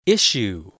Issue